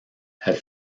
have